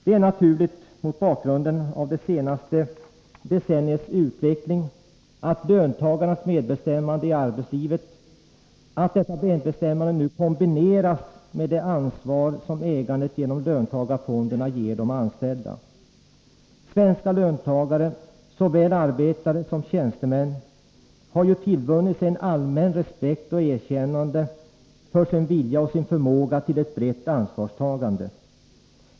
Det är naturligt, mot bakgrunden av det senaste decenniets utveckling av löntagarnas medbestämmande i arbetslivet, att detta medbestämmande nu kombineras med det ansvar som ägandet genom löntagarfonderna ger de anställda. Svenska löntagare, såväl arbetare som tjänstemän, har ju tillvunnit sig allmän respekt och erkännande för sin vilja och sin förmåga till ett brett ansvarstagande.